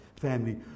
family